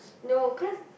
no cause